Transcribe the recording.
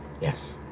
Yes